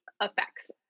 effects